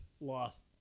lost